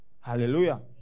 Hallelujah